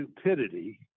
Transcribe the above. stupidity